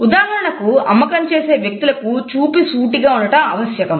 ఉదాహరణకు అమ్మకం చేసే వ్యక్తులకు చూపు సూటిగా ఉండడం ఆవశ్యకం